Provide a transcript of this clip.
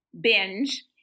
binge